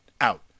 out